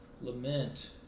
Lament